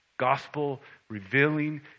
gospel-revealing